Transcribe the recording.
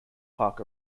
park